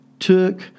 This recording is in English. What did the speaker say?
took